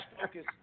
focus